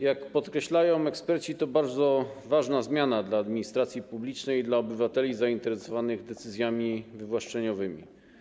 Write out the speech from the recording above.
Jak podkreślają eksperci, to bardzo ważna zmiana dla administracji publicznej i dla obywateli zainteresowanych decyzjami wywłaszczeniowymi.